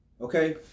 Okay